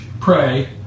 pray